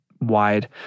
wide